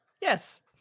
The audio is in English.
Yes